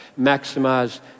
Maximize